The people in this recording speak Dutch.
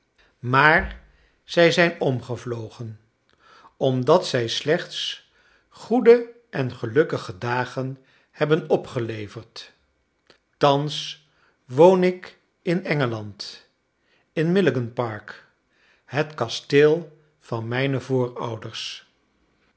maar zij zijn omgevlogen omdat zij slechts goede en gelukkige dagen hebben opgeleverd thans woon ik in engeland in milligan park het kasteel van mijne voorouders